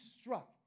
struck